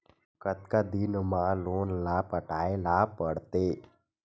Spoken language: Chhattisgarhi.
कतका दिन मा लोन ला पटाय ला पढ़ते?